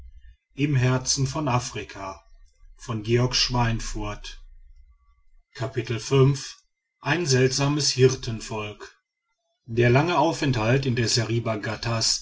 ein seltsames hirtenvolk der lange aufenthalt in der